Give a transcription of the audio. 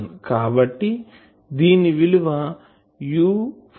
కాబట్టి దీని విలువ U